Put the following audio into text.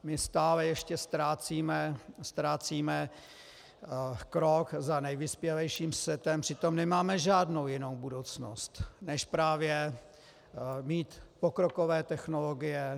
My stále ještě ztrácíme krok za nejvyspělejším světem, přitom nemáme žádnou jinou budoucnost než právě mít pokrokové technologie.